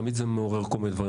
תמיד זה מעורר כל מיני דברים.